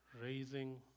raising